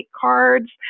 cards